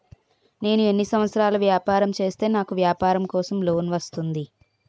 నేను ఎన్ని సంవత్సరాలు వ్యాపారం చేస్తే నాకు వ్యాపారం కోసం లోన్ వస్తుంది?